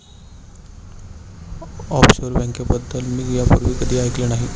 offshore बँकेबद्दल मी यापूर्वी कधीही ऐकले नाही